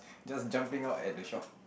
just jumping out at the shore